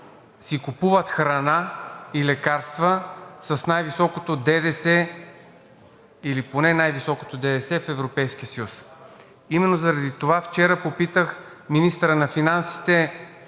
си купуват храна и лекарства с най високото ДДС или поне най-високото ДДС в Европейския съюз. Именно заради това вчера попитах министъра на финансите